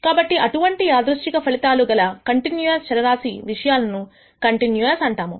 కాబట్టి అటువంటి అనిర్దిష్ట ఫలితాలు గల కంటిన్యూయస్ చరరాశి విషయాలను కంటిన్యూయస్ అంటాము